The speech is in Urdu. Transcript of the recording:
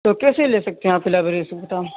تو کیسے لے سکتے ہیں آپ کی لائیبریری سے بتاؤ